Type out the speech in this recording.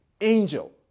angel